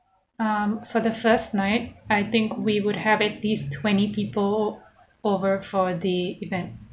um for the first night I think we would have it these twenty people over for the event